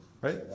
Right